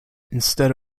instead